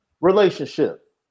relationship